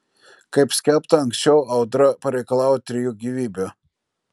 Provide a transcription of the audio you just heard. kaip skelbta anksčiau audra pareikalavo trijų gyvybių